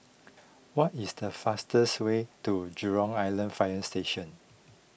what is the fastest way to Jurong Island Fire Station